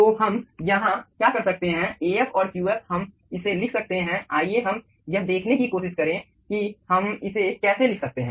तो हम यहाँ क्या कर सकते हैं Af और Qf हम इसे लिख सकते हैं आइए हम यह देखने की कोशिश करें कि हम इसे कैसे लिख सकते हैं